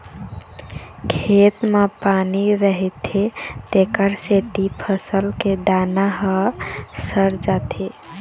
खेत म पानी रहिथे तेखर सेती फसल के दाना ह सर जाथे